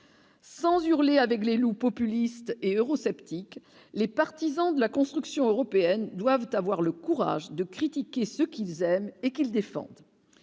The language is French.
Sans hurler avec les loups, populiste et eurosceptique, les partisans de la construction européenne doivent avoir le courage de critiquer ce qu'ils aiment et qu'ils défendent,